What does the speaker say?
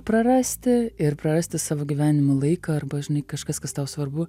prarasti ir prarasti savo gyvenimo laiką arba žinai kažkas kas tau svarbu